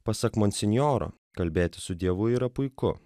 pasak monsinjoro kalbėti su dievu yra puiku